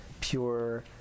pure